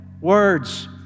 words